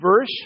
verse